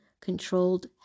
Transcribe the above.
controlled